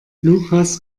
lukas